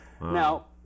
Now